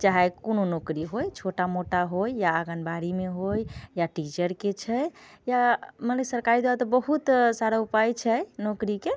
चाहे कोनो नौकरी होइ छोटा मोटा होइ या आंगनबाड़ीमे होइ या टीचरके छै या मने सरकारी जॉब तऽ बहुत सारा उपाय छै नौकरीके